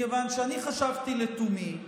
מכיוון שאני חשבתי לתומי,